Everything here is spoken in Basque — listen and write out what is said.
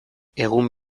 egun